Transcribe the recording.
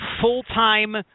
full-time